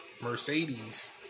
Mercedes